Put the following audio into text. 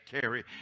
carry